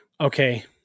okay